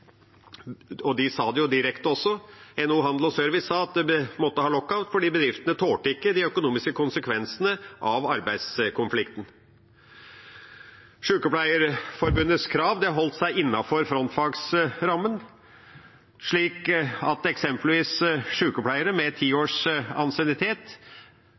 lockout. De sa det også direkte, at man måtte ha lockout fordi bedriftene ikke tålte de økonomiske konsekvensene av arbeidskonflikten. Sykepleierforbundets krav holdt seg innenfor frontfagsrammen, slik at eksempelvis sykepleiere med